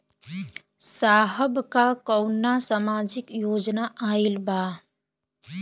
साहब का कौनो सामाजिक योजना आईल बा?